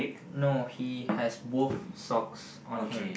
no he has both socks on him